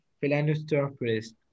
philanthropist